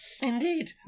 Indeed